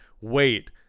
wait